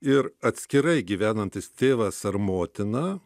ir atskirai gyvenantis tėvas ar motina